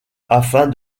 afin